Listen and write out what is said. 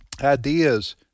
ideas